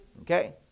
Okay